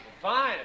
Fine